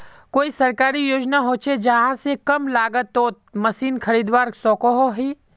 कोई सरकारी योजना होचे जहा से कम लागत तोत मशीन खरीदवार सकोहो ही?